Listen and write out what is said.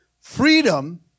Freedom